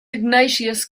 ignatius